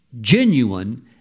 genuine